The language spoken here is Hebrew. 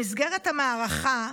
במסגרת המערכה,